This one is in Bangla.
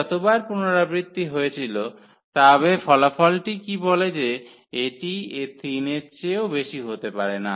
যতবার 𝜆 পুনরাবৃত্ত হয়েছিল তবে ফলাফলটা কী বলে যে এটি 3 এর চেয়ে বেশি হতে পারে না